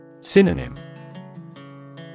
Synonym